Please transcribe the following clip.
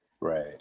right